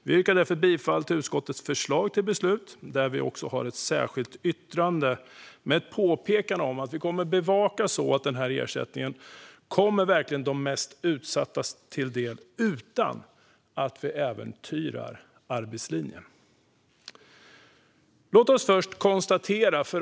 Vi yrkar därför bifall till utskottets förslag till beslut, där vi också har ett särskilt yttrande med ett påpekande om att vi kommer att bevaka att denna ersättning verkligen kommer de mest utsatta till del utan att arbetslinjen äventyras.